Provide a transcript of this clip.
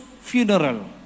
funeral